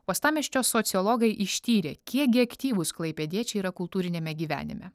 uostamiesčio sociologai ištyrė kiek gi aktyvūs klaipėdiečiai yra kultūriniame gyvenime